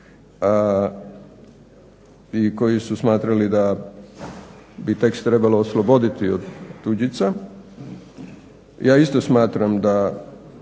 i koji su smatrali da bi tekst trebalo osloboditi od tuđica ja isto smatram da